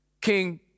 King